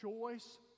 choice